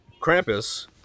Krampus